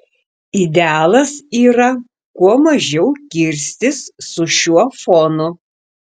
idealas yra kuo mažiau kirstis su šiuo fonu